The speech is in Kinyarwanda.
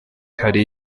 hari